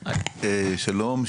שלום,